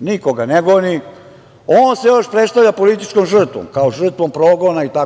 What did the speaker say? Niko ga ne goni. On se još predstavlja političkom žrtvom, kao žrtvom progona itd,